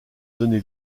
donné